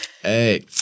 Hey